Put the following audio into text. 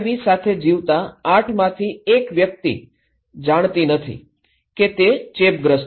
V સાથે જીવતા ૮ માંથી ૧ વ્યક્તિ જાણતી નથી કે તે ચેપગ્રસ્ત છે